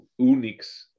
Unix